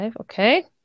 Okay